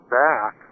back